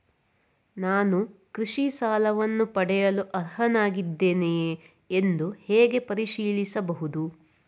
ನಾನು ಕೃಷಿ ಸಾಲವನ್ನು ಪಡೆಯಲು ಅರ್ಹನಾಗಿದ್ದೇನೆಯೇ ಎಂದು ಹೇಗೆ ಪರಿಶೀಲಿಸಬಹುದು?